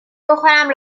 بخورم